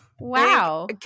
wow